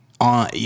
on